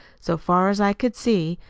so far as i could see.